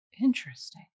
interesting